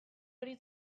hori